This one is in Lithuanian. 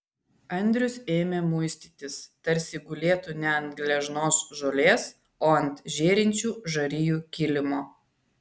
andrius ėmė muistytis tarsi gulėtų ne ant gležnos žolės o ant žėrinčių žarijų kilimo